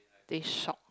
they shock